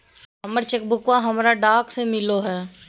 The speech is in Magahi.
हमर चेक बुकवा हमरा डाक से मिललो हे